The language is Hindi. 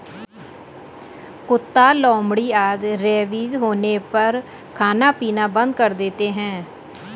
कुत्ता, लोमड़ी आदि रेबीज होने पर खाना पीना बंद कर देते हैं